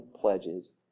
pledges